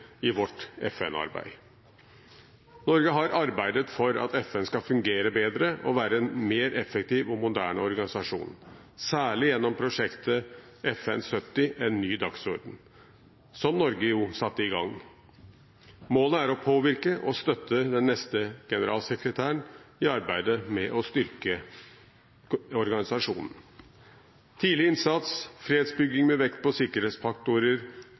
i vårt FN-arbeid. Norge har arbeidet for at FN skal fungere bedre og være en mer effektiv og moderne organisasjon, særlig gjennom prosjektet «FN70: En ny dagsorden», som Norge satte i gang. Målet er å påvirke og støtte den neste generalsekretæren i FN i arbeidet med å styrke organisasjonen. Tidlig innsats og fredsbygging med vekt på sikkerhetsfaktorer,